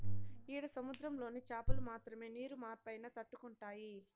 ఈడ సముద్రంలోని చాపలు మాత్రమే నీరు మార్పైనా తట్టుకుంటాయి